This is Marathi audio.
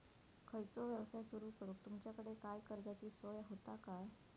खयचो यवसाय सुरू करूक तुमच्याकडे काय कर्जाची सोय होता काय?